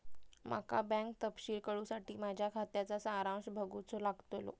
माका बँक तपशील कळूसाठी माझ्या खात्याचा सारांश बघूचो लागतलो